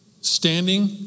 Standing